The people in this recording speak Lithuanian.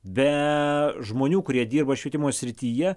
be žmonių kurie dirba švietimo srityje